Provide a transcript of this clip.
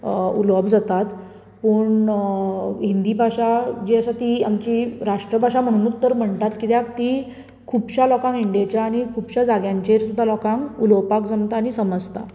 अं उलोवप जातात पूण अ हिंदी भाशा जी आसा ती आमची राष्ट्रभाषा म्हणूनच म्हणटात कित्याक तर ती खुबश्या लोकांक इंडियेच्या आनी खुबश्या जाग्यांचेर सुद्दां लोकांक उलोवपाक जमता आनी समजता